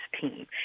team